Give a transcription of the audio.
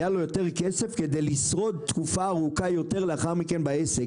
היה לו יותר כסף כדי לשרוד תקופה ארוכה יותר לאחר מכן בעסק,